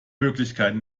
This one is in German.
möglichkeiten